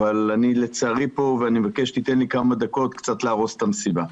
אבל אני מבקש שתיתן לי כמה דקות להרוס קצת את המסיבה.